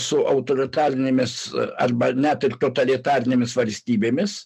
su autoritarinėmis arba net ir totalitarinėmis valstybėmis